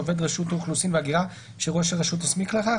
או עובד רשות אוכלוסין וההגירה שראש הרשות הסמיך לכך,